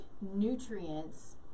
nutrients